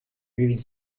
moving